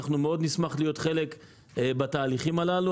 אנחנו מאוד נשמח להיות חלק בתהליכים האלה.